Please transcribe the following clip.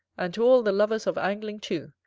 and to all the lovers of angling too,